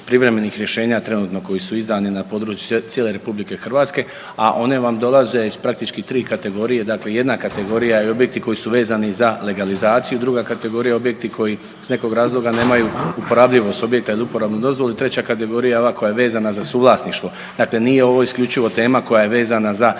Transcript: privremenih rješenja trenutno koji su izdani na području cijele RH, a one vam dolaze iz praktički tri kategorije. Dakle, jedna kategorija i objekti koji su vezni za legalizaciju, druga kategorija objekti koji iz nekog razloga nemaju uporabljivost objekta ili uporabnu dozvolu i treća kategorija je ova koja je vezana za suvlasništvo, dakle nije ovo isključivo tema koja je vezana za